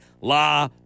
la